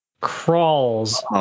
crawls